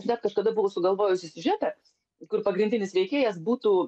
net kažkada buvau sugalvojusi siužetą kur pagrindinis veikėjas būtų